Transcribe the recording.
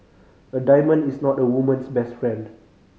a diamond is not a woman's best friend